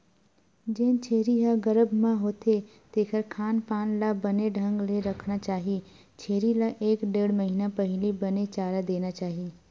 जेन छेरी ह गरभ म होथे तेखर खान पान ल बने ढंग ले रखना चाही छेरी ल एक ढ़ेड़ महिना पहिली बने चारा देना चाही